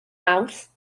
mawrth